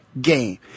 game